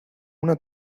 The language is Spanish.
una